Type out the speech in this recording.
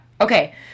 Okay